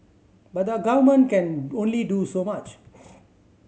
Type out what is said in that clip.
but the Government can only do so much